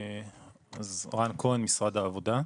רן כהן, משרד העבודה.